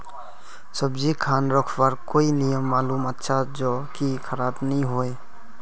सब्जी खान रखवार कोई नियम मालूम अच्छा ज की खराब नि होय?